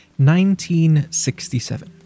1967